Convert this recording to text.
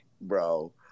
bro